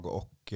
och